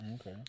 okay